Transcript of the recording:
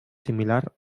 similar